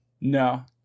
no